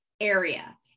area